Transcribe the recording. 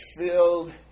filled